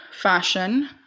fashion